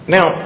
Now